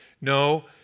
No